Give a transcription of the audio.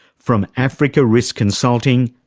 from africa risk consulting,